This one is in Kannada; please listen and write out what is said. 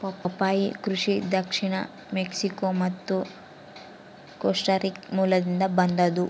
ಪಪ್ಪಾಯಿ ಕೃಷಿ ದಕ್ಷಿಣ ಮೆಕ್ಸಿಕೋ ಮತ್ತು ಕೋಸ್ಟಾರಿಕಾ ಮೂಲದಿಂದ ಬಂದದ್ದು